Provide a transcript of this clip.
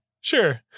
Sure